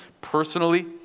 personally